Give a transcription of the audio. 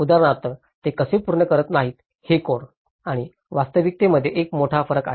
उदाहरणार्थ ते कसे पूर्ण करत नाहीत हे कोड आणि वास्तविकतेमध्ये एक मोठा फरक आहे